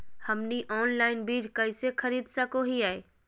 हमनी ऑनलाइन बीज कइसे खरीद सको हीयइ?